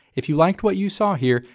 if you liked what you saw here,